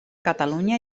catalunya